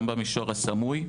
גם במישור הסמוי.